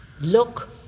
Look